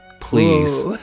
Please